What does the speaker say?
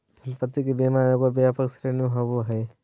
संपत्ति के बीमा एगो व्यापक श्रेणी होबो हइ